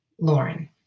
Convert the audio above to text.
Lauren